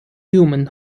human